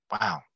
wow